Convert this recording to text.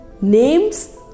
Names